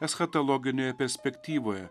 eschatologinėje perspektyvoje